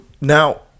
now